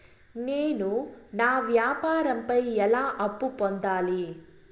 నేను నా వ్యాపారం పై ఎలా అప్పు పొందాలి?